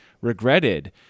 regretted